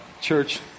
church